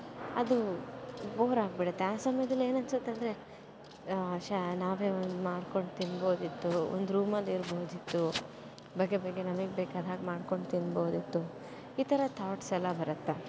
ಅದು ಬೋರಾಗಿಬಿಡತ್ತೆ ಆ ಸಮಯ್ದಲ್ಲಿ ಏನು ಅನ್ಸುತ್ತೆ ಅಂದರೆ ಛೇ ನಾವೇ ಒಂದು ಮಾಡ್ಕೊಂಡು ತಿನ್ಬೋದಿತ್ತು ಒಂದು ರೂಮಲ್ಲಿ ಇರ್ಬೋದಿತ್ತು ಬಗೆ ಬಗೆಯ ನಮಿಗೆ ಬೇಕಾದ ಹಾಗೆ ಮಾಡ್ಕೊಂಡು ತಿನ್ಬೋದಿತ್ತು ಈ ಥರ ಥಾಟ್ಸ್ ಎಲ್ಲ ಬರತ್ತೆ